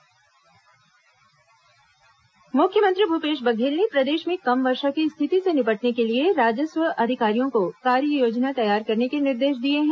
मुख्यमंत्री समीक्षा मुख्यमंत्री भूपेश बघेल ने प्रदेश में कम वर्षा की स्थिति से निपटने के लिए राजस्व अधिकारियों को कार्ययोजना तैयार करने के निर्देश दिए हैं